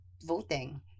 voting